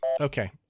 Okay